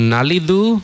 Nalidu